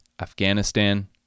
Afghanistan